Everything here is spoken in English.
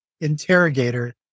interrogator